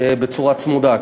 בצורה צמודה.